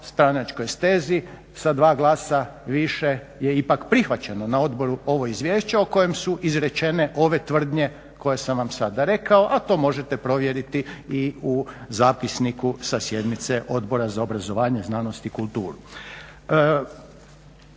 stranačkoj stezi sa dva glasa više je ipak prihvaćeno na odboru ovo izvješće o kojem su izrečene ove tvrdnje koje sam vam sada rekao a to možete provjeriti i u zapisniku sa sjednice Odbora za obrazovanje, znanost i kulturu.